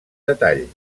detall